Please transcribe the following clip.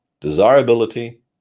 desirability